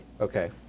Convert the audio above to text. Okay